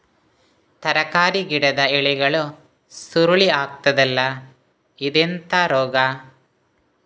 ತರಕಾರಿ ಗಿಡದ ಎಲೆಗಳು ಸುರುಳಿ ಆಗ್ತದಲ್ಲ, ಇದೆಂತ ರೋಗ?